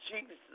Jesus